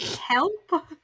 help